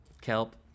kelp